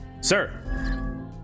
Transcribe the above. Sir